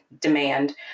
demand